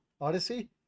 odyssey